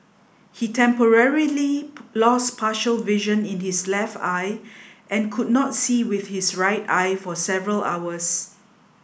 he temporarily lost partial vision in his left eye and could not see with his right eye for several hours